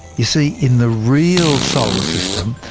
you see, in the real solar system,